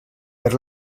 per